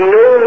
no